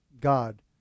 God